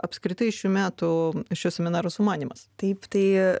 apskritai šių metų šio seminaro sumanymas taip tai